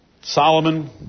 Solomon